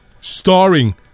starring